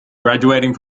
graduating